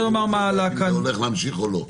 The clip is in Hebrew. אם זה הולך להמשיך או לא.